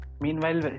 Meanwhile